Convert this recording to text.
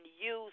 use